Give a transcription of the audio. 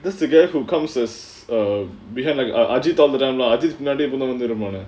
that's the guy who comes as err behind the ajith all the time ajith பின்னாடி வந்துட்டு இருப்பானே:pinnaadi vanthuttu iruppaanae